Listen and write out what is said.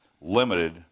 limited